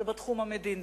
זה בתחום המדיני.